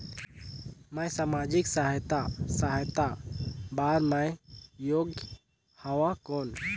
मैं समाजिक सहायता सहायता बार मैं योग हवं कौन?